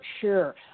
sure